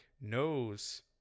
knows